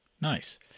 nice